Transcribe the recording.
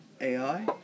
AI